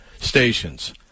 stations